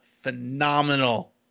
phenomenal